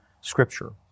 scripture